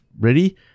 ready